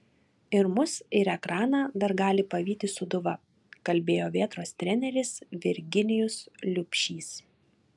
ir mus ir ekraną dar gali pavyti sūduva kalbėjo vėtros treneris virginijus liubšys